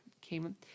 came